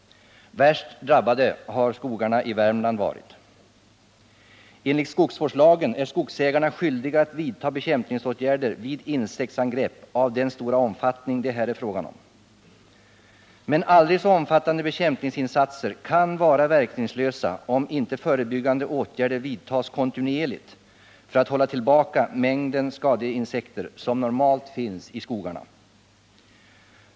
Värst drabbade har skogarna i Värmland varit. Enligt skogsvårdslagen är skogsägarna skyldiga att vidta bekämpningsåtgärder vid insektsangrepp av den stora omfattning det här är fråga om. Men aldrig så omfattande bekämpningsinsatser kan vara verkningslösa, om inte förebyggande åtgärder vidtas kontinuerligt för att hålla tillbaka mängden skadeinsekter som normalt finns i skogarna.